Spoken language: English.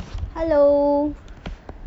hello